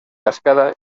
cascada